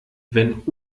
wenn